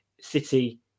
City